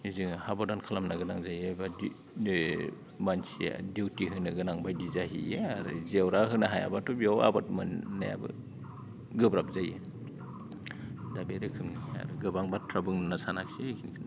निजेनो साब'दान खालामनो गोनां जायो बेबायदि मानसिया डिउटि बायदि जाहैयो आरो जेवरा होनो हायाब्लाथ' बियाव आबाद मोननायाबो गोब्राब जायो दा बे रोखोमनि गोबां बाथ्रा बुंनो सानाखैसै